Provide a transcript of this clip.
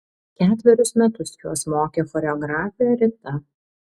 ketverius metus juos mokė choreografė rita